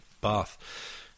bath